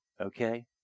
okay